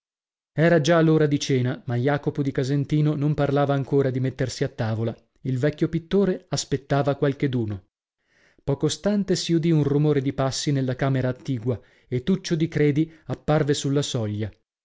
era già l'ora di cena ma jacopo di casentino non parlava ancora di mettersi a tavola il vecchio pittore aspettava qualcheduno poco stante si udì un rumore di passi nella camera attigua e tuccio di credi apparve sulla soglia